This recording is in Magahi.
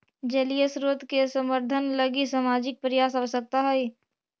जलीय स्रोत के संवर्धन लगी सामाजिक प्रयास आवश्कता हई